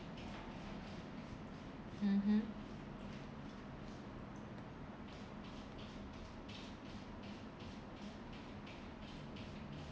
mmhmm